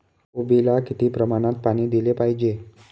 कोबीला किती प्रमाणात पाणी दिले पाहिजे?